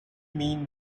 mean